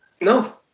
No